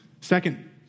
Second